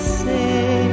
say